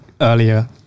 earlier